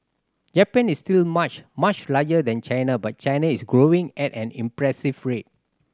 Japan is still much much larger than China but China is growing at an impressive rate